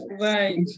right